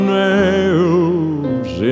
nails